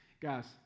guys